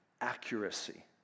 accuracy